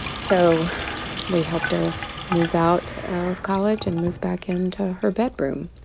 so we helped her move out of college and move back into her bedroom.